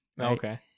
Okay